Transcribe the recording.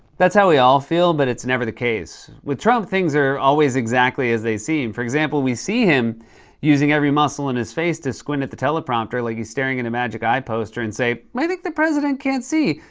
that's how we all feel, but it's never the case. with trump, things are always exactly as they seem. for example, we see him using every muscle in his face to squint at the teleprompter like he is staring at a magic eye poster and say, i like think the president can't see,